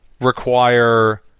require